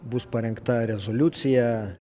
bus parengta rezoliucija